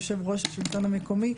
יושב-ראש השלטון המקומי,